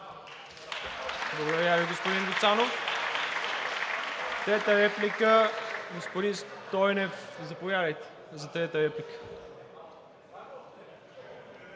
Благодаря Ви, господин Гуцанов. Трета реплика? Господин Стойнев, заповядайте, за трета реплика.